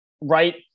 right